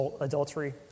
adultery